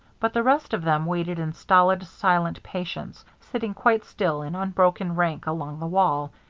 but the rest of them waited in stolid, silent patience, sitting quite still in unbroken rank along the wall,